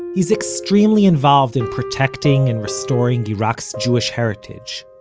he's extremely involved in protecting and restoring iraq's jewish heritage,